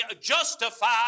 justified